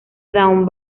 dawn